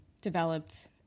developed